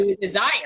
Desire